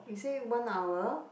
you say one hour